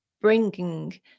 bringing